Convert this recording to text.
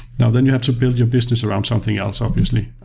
and then you have to build your business around something else obviously.